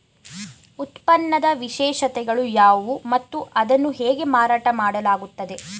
ಉತ್ಪನ್ನದ ವಿಶೇಷತೆಗಳು ಯಾವುವು ಮತ್ತು ಅದನ್ನು ಹೇಗೆ ಮಾರಾಟ ಮಾಡಲಾಗುತ್ತದೆ?